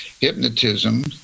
Hypnotism